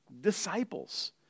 disciples